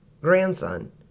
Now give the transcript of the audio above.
grandson